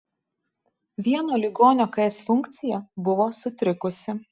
vieno ligonio ks funkcija buvo sutrikusi